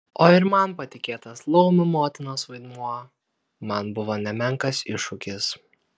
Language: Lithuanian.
o ir man patikėtas laumių motinos vaidmuo man buvo nemenkas iššūkis